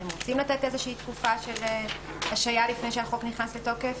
אתם רוצים לתת איזושהי תקופה של השהייה לפני שהחוק נכנס לתוקף?